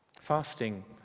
Fasting